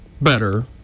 Better